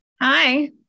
Hi